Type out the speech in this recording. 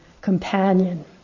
companion